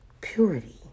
purity